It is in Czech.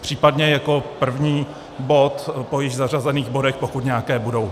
Případně jako první bod po již zařazených bodech, pokud nějaké budou.